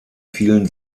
vielen